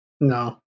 No